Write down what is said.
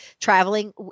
Traveling